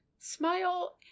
Smile